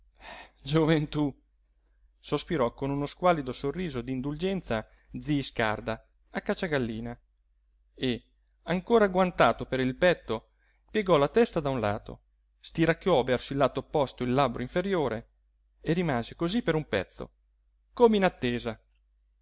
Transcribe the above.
gioventú sospirò con uno squallido sorriso d'indulgenza zi scarda a cacciagallina e ancora agguantato per il petto piegò la testa da un lato stiracchiò verso il lato opposto il labbro inferiore e rimase cosí per un pezzo come in attesa